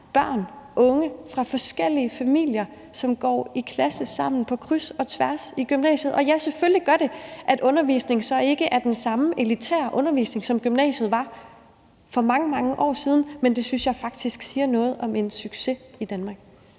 børn og unge fra forskellige familier, som går i klasse sammen på kryds og tværs i gymnasiet. Og ja, selvfølgelig gør det, at undervisningen så ikke er den samme elitære undervisning, som der var i gymnasiet for mange, mange år siden, men det synes jeg faktisk siger noget om en succes i Danmark.